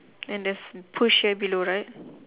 and there's push here below right